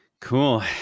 Cool